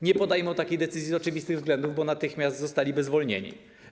Nie podejmą takiej decyzji z oczywistych względów: bo natychmiast zostaliby zwolnieni.